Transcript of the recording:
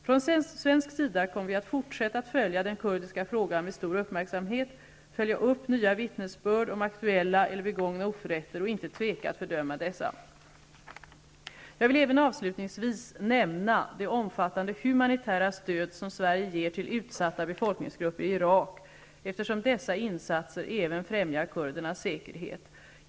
Från svensk sida kommer vi att fortsätta att följa den kurdiska frågan med stor uppmärksamhet, följa upp nya vittnesbörd om aktuella eller begångna oförrätter och inte tveka att fördöma dessa. Fru talman! Jag vill även avslutningsvis nämna det omfattande humanitära stöd som Sverige ger till utsatta befolkningsgrupper i Irak, eftersom dessa insatser även främjar kurdernas säkerhet.